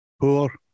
Poor